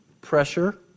Pressure